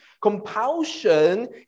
Compulsion